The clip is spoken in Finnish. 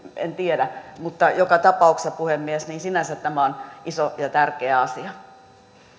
en tiedä mutta joka tapauksessa puhemies sinänsä tämä on iso ja tärkeä asia